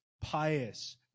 pious